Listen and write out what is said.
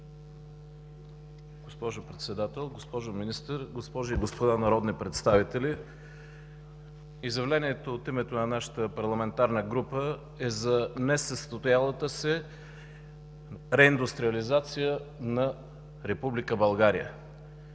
Госпожо Председател, госпожо Министър, госпожи и господа народни представители! Изявлението от името на нашата парламентарна група е за несъстоялата се реиндустриализация на Република България.